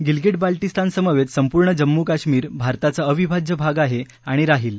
गिलगीट बाल्टीस्तानसमवेत संपूर्ण जम्मू कश्मीर भारताचा अविभाज्य भाग आहे आणि राहील